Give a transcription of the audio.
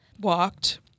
walked